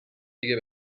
دیگه